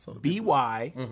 B-Y